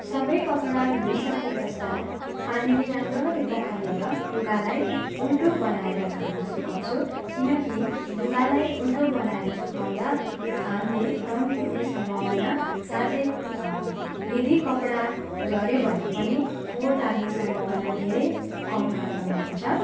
सबै कपडा धोइसके पश्चात् पानीले राम्ररी पखालेर लुगालाई उल्टो बनाएर घाममा सुकाउँछु किनकि लुगालाई उल्टो बनाएर सुकाउँदा घामले रङ टिप्ने सम्भावना साथै यदि कपडा झऱ्यो भने पनि फोहर लाग्ने सम्भावना धेरै कम मात्रामा हुन्छ